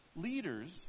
leaders